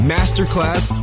Masterclass